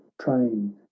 train